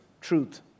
truth